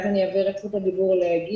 אז אני אעביר את זכות הדיבור לגדעון.